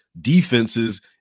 defenses